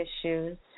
issues